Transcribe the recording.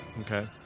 Okay